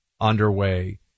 underway